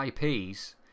IPs